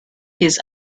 his